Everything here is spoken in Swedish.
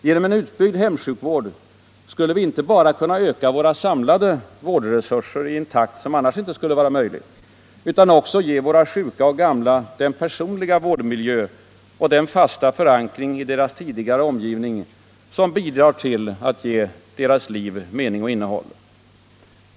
Genom en väsentligt utvidgad hemsjukvård skulle vi inte bara kunna bygga ut våra samlade vårdresurser i en takt som annars inte skulle vara möjlig utan också ge våra sjuka och gamla den personliga vårdmiljö och den fasta förankring till sin tidigare omgivning som bidrar till att ge livet mening och innehåll.